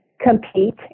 compete